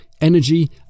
energy